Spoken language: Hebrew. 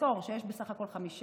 תזכור שיש בסך הכול חמישה.